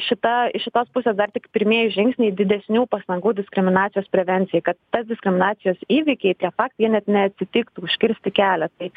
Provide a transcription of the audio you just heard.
šita iš šitos pusės dar tik pirmieji žingsniai didesnių pastangų diskriminacijos prevencijai kad tas diskriminacijos įvykiai faktai jie net neatitiktų užkirsti kelią tai